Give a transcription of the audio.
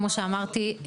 כמו שאמרתי,